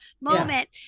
moment